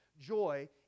joy